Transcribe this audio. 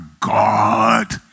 God